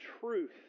truth